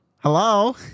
Hello